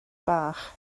bach